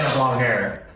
long hair.